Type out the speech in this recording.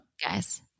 Guys